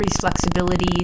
flexibility